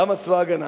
למה צבא ההגנה?